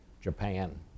Japan